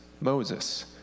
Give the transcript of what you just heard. Moses